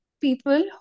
people